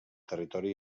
territori